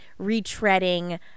retreading